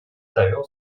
завёл